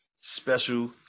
special